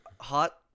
hot